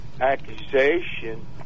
accusation